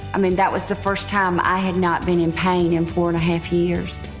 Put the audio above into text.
i mean, that was the first time i had not been in pain in four and a half years.